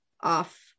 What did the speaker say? off